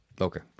Okay